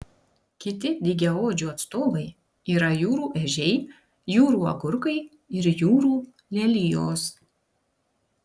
kiti dygiaodžių atstovai yra jūrų ežiai jūrų agurkai ir jūrų lelijos